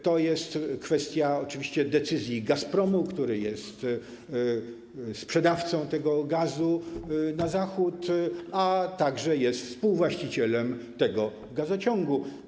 To jest kwestia oczywiście decyzji Gazpromu, który jest sprzedawcą tego gazu na Zachód, a także jest współwłaścicielem tego gazociągu.